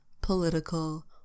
political